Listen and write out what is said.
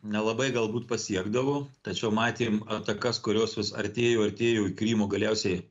nelabai galbūt pasiekdavo tačiau matėm atakas kurios vis artėjo artėjo į krymo galiausiai